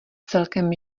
celkem